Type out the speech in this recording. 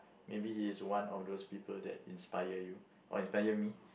maybe he's one of those people that inspire you or inspire me